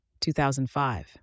2005